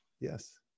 Yes